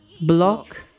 block